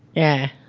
yeah.